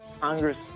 Congress